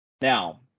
Now